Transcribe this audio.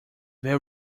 very